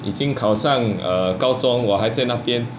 已经考上 err 高中我还在那边